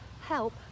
help